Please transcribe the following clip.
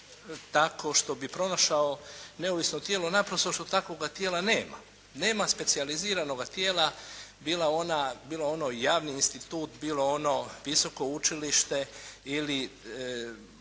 tako što bi pronašao neovisno tijelo naprosto što takvoga tijela nema. Nema specijaliziranog tijela bilo ono javni institut, bilo ono visoko učilište ili